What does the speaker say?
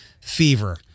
fever